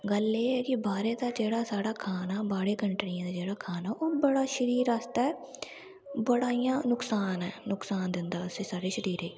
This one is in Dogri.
गल्ल एह् ऐ कि बाहरें दा जेह्ड़ा साढ़ा खाना बाहरै कंट्रियें दा जेह्ड़ा खाना ओह् बड़ा शरीर आस्तै बड़ा इ'यां नुकसान ऐ नुकसान दिंदा उसी साढ़े शरीरै ई